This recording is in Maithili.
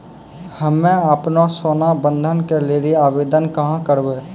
हम्मे आपनौ सोना बंधन के लेली आवेदन कहाँ करवै?